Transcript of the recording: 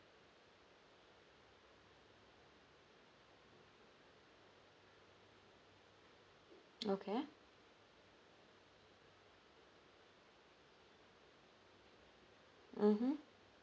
okay mmhmm